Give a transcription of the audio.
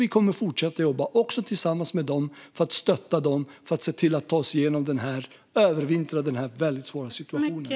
Vi kommer att fortsätta att jobba med dem för att stötta dem och för att tillsammans ta oss igenom denna mycket svåra situation.